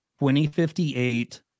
2058